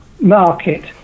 market